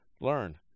learn